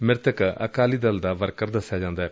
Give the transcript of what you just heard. ਮਿਤਕ ਅਕਾਲੀ ਦਲ ਦਾ ਵਰਕਰ ਦਸਿਆ ਜਾਂਦਾ ਏ